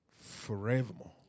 forevermore